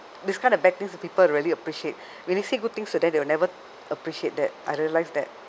this kind of bad things the people really appreciate when you say good things to them they will never appreciate that I realized that